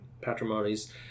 patrimonies